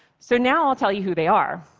so now i'll tell you who they are.